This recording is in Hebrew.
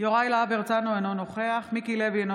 יוראי להב הרצנו, אינו נוכח מיקי לוי, אינו